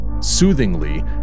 Soothingly